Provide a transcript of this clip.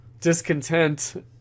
discontent